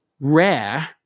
rare